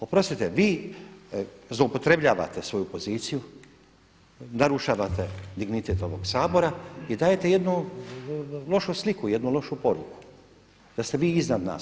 Oprostite vi zloupotrebljavate svoju poziciju, narušavate dignitet ovog Sabora i dajete jednu lošu sliku, jednu lošu poruku da ste vi iznad nas.